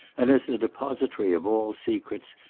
and, as the depositary of all secrets,